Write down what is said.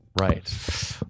Right